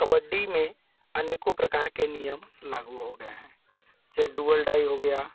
कबड्डी में अनेकों प्रकार के नियम लागू हो गए हैं सेडुअल हो गया